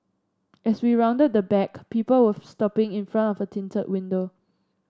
as we rounded the back people with stopping in front of a tinted window